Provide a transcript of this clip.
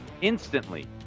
instantly